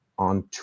on